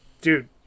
Dude